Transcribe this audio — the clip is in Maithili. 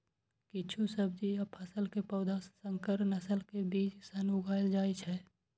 किछु सब्जी आ फसल के पौधा संकर नस्ल के बीज सं उगाएल जाइ छै